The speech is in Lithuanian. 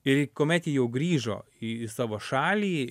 ir kuomet jie jau grįžo į savo šalį